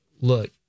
look